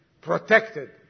Protected